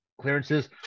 clearances